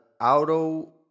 auto